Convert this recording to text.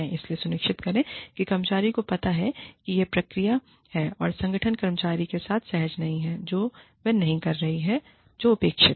इसलिए सुनिश्चित करें कि कर्मचारी को पता है कि यह प्रक्रिया है कि संगठन कर्मचारी के साथ सहज नहीं है जो वह नहीं कर रही है जो अपेक्षित है